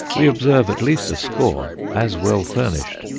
we observe at least a score as well furnished,